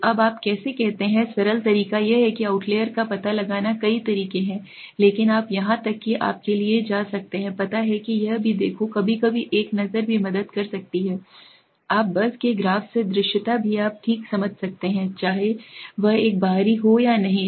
तो अब आप कैसे करते हैं सरल तरीका यह है कि आउटलेयर का पता लगाना कई तरीके हैं लेकिन आप यहां तक कि आप के लिए जा सकते हैं पता है कि यह भी देखो कभी कभी एक नज़र भी मदद कर सकता है आप बस से ग्राफ से दृश्यता भी आप ठीक समझ सकते हैं चाहे वह एक बाहरी हो या नहीं